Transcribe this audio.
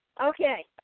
Okay